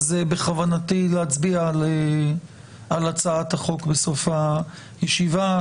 אז בכוונתי להצביע על הצעת החוק בסוף הישיבה,